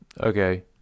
Okay